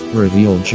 Reveal